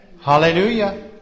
Hallelujah